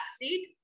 seat